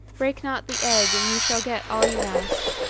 break not the egg, and you shall get all you ask.